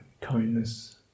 kindness